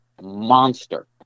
monster